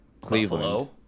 cleveland